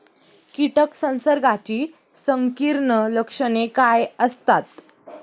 कीटक संसर्गाची संकीर्ण लक्षणे काय असतात?